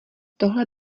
tohle